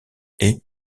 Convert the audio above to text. haies